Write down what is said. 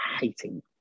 hating